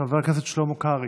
חבר הכנסת שלמה קרעי,